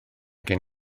gen